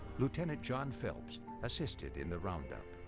lieutenant john phelps assisted in the round up.